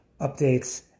updates